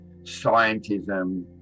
scientism